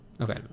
Okay